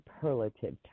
superlative